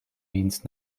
means